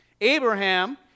Abraham